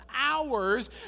hours